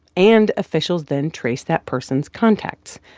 and officials then trace that person's contacts.